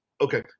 okay